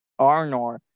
Arnor